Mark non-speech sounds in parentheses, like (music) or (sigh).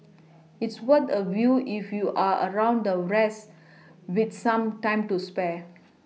(noise) it's worth a view if you're around the rest with some time to spare